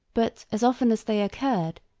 but as often as they occurred,